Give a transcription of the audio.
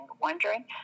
wondering